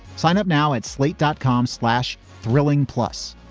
sign up now at slate dot com slash. thrilling. plus,